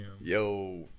yo